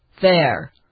fair